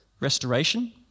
restoration